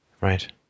Right